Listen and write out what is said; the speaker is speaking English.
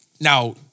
Now